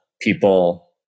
people